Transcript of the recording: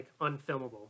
unfilmable